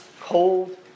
cold